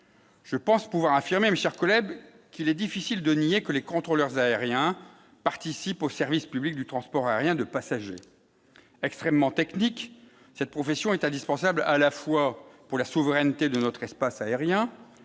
je pense pouvoir affirmer mes chers collègues, qu'il est difficile de nier que les contrôleurs aériens participent au service public du transport aérien de passagers extrêmement technique, cette profession est indispensable à la fois pour la souveraineté de notre espace aérien